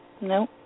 no